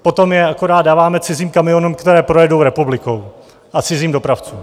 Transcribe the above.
Potom je akorát dáváme cizím kamionům, které projedou republikou, a cizím dopravcům!